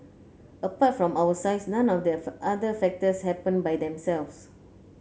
apart from our size none of the other factors happened by themselves